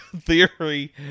theory